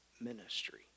ministry